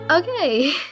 Okay